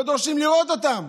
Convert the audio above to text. לא דורשים לראות אותם.